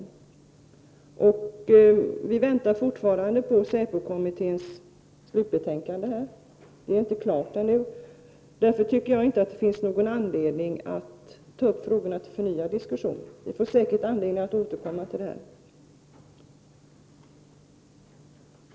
Fortfarande väntar vi på säpo-kommitténs betänkande, och därför tycker jag inte att det finns någon anledning att nu ta upp frågorna till förnyad diskussion. Vi får säkert anledning att återkomma.